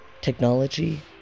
Technology